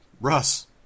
Russ